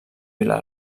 vila